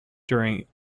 during